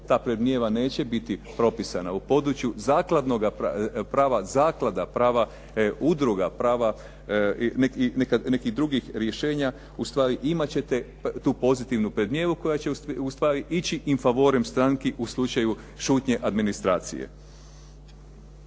ta predmnijeva neće biti propisana, u području zakladnoga prava, zaklada prava, udruga prava nekih drugih rješenja, ustvari imat ćete tu pozitivnu predmnijevu koja će ustvari ići in favorem stranki u slučaju šutnje administracije.